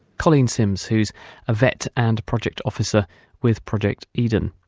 colleen sims, who's a vet and project officer with project eden.